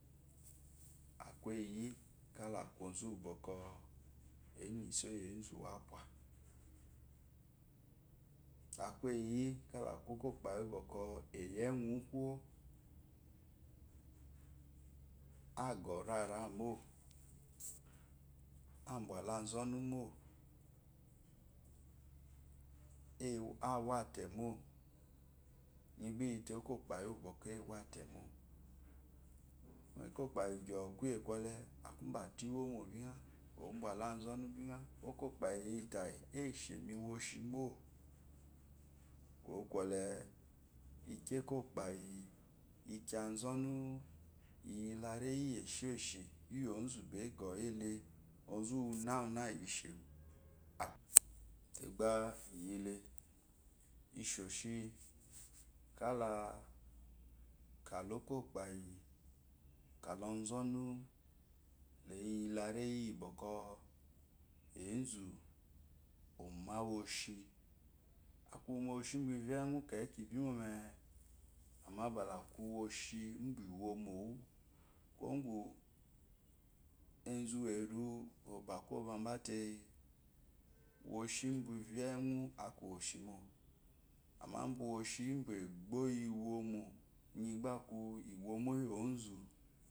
Aku eyiyi kala aku zu uwu boko ana iso iyi ezu apá aku eyi iyi kala aku okopayi úwú. bɔkɔ eyi ewúwú kuwo aqɔ rara mó abuwahu azɔnu mo awo ate mo inyi ba iyite okopayi uwo bɔkɔ ewo atemo okpá yi qwo kuye kwole aká okopayi bwa ate iwmom biya ɔbwa lu azɔnu biya okoopayi eyitayi eshemi woshi mo kwokwole ikwo okpayi lkwo aznu iyi la reyi iyesheshi iyi ozu bá agɔyile ozo uwe náná eshmi te ba iyi le ishe shi kalá kaha okopayi kala ɔzɔmu leyi la reyi iyi bɔkɔ ezu ɔma woshi aku woshi ubu wve iyi wu kekeki bi mómeé amma ba la ku woshi ubú wómówu kuwo gu ezu werúwú ɔba kwoba woshi ubu we iyi znwu aku oshiwu amma woshi ubú egbo iwomo inyi b aku iyo mo iyi ozu